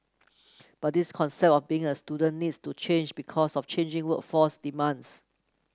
but this concept of being a student needs to change because of changing workforce demands